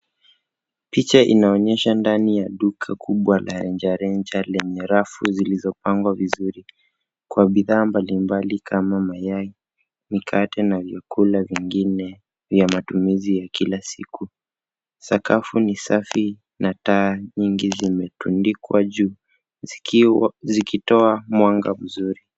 Picha inaonyesha ndani ya duka kubwa la rejareja lenye rafu zilizopangwa vizuri kwa bidhaa mbalimbali kama mayai mikate na vyakula vingine vya matumizi ya kila siku. Sakafu ni safi na taa nyingi zimetundikwa juu zikitoa mwanga mzuri.